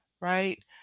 Right